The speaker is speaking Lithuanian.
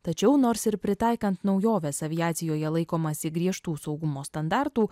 tačiau nors ir pritaikan naujoves aviacijoje laikomasi griežtų saugumo standartų